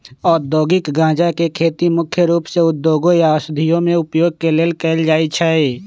औद्योगिक गञ्जा के खेती मुख्य रूप से उद्योगों या औषधियों में उपयोग के लेल कएल जाइ छइ